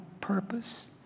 purpose